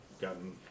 gotten